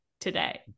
today